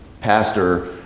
Pastor